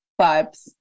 vibes